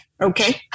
Okay